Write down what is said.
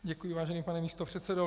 Děkuji, vážený pane místopředsedo.